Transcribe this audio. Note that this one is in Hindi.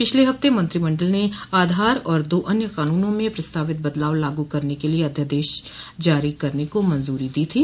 पिछले हफ्ते मंत्रिमंडल ने आधार और दो अन्य कानूनों में प्रस्तावित बदलाव लागू करने के लिए अध्यादेश जारी करने को मंजरी दी थी